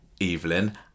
Evelyn